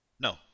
No